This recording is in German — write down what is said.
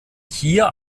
hier